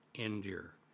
Endure